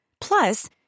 Plus